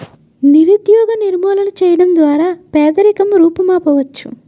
నిరుద్యోగ నిర్మూలన చేయడం ద్వారా పేదరికం రూపుమాపవచ్చు